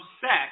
sex